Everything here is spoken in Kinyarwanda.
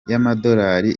y’amadolari